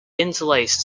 interlaced